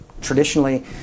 Traditionally